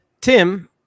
tim